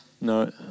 No